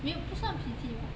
没有不算鼻涕啦